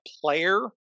player